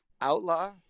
outlaw